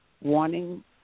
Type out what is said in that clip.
wanting